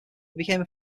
became